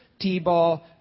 T-ball